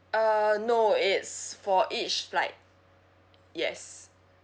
uh no it's for each like yes